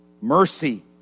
Mercy